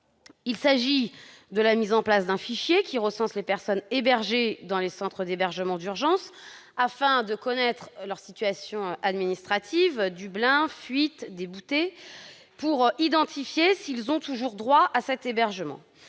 Il s'agit de la mise en place d'un fichier recensant les personnes accueillies dans les centres d'hébergement d'urgence, afin de connaître leur situation administrative- Dublin, fuite, débouté -, pour déterminer si elles ont toujours droit à cet hébergement.